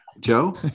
Joe